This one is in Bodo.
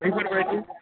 बैफोरबायदि